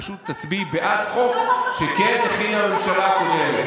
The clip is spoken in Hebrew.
ופשוט תצביעי בעד חוק שכן הכינה הממשלה הקודמת.